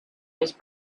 his